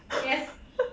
yes